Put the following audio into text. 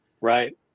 Right